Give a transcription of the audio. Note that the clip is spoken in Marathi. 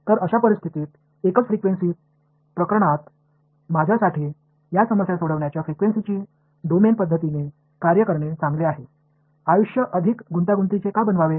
तर अशा परिस्थितीत एकच फ्रिक्वेन्सी प्रकरणात माझ्यासाठी या समस्या सोडवण्याच्या फ्रिक्वेन्सीच्या डोमेन पद्धतीने कार्य करणे चांगले आहे आयुष्य अधिक गुंतागुंतीचे का बनवावे